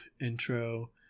intro